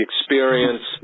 experience